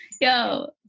yo